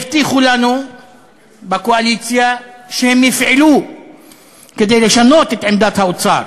הבטיחו לנו בקואליציה שהם יפעלו כדי לשנות את עמדת האוצר